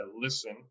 listen